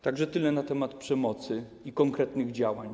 Tak że tyle na temat przemocy i konkretnych działań.